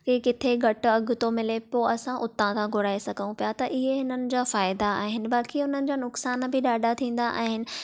ही किथे घटि अॻु थो मिले पोइ असां उतां था घुराए सघूं पिया त इहे हिननि जा फ़ाइदा आहिनि बाक़ी हुननि जां नुक़सान बि ॾाढा थींदा आहिनि